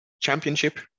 Championship